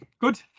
good